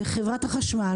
חברת החשמל,